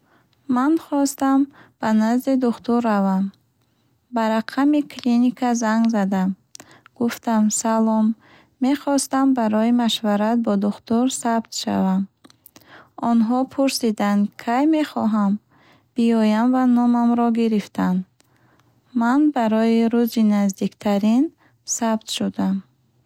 Ман хостам ба назди духтур равам. Ба рақами клиника занг задам. Гуфтам: Салом, мехостам барои машварат бо духтур сабт шавам. Онҳо пурсиданд кай мехоҳам биоям ва номамро гирифтанд. Ман барои рӯзи наздиктарин сабт шудам.